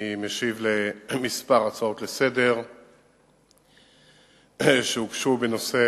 אני משיב לכמה הצעות לסדר-היום שהוגשו בנושא